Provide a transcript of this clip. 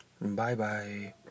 Bye-bye